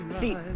See